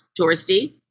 touristy